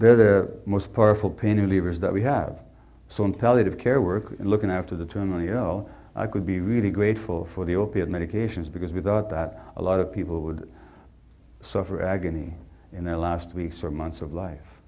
they're the most powerful pain relievers that we have so in pellet of care workers looking after the terminally ill i could be really grateful for the opiate medications because without that a lot of people would suffer agony in their last weeks or months of life